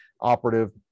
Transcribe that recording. operative